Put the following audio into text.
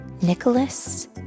Nicholas